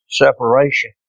separation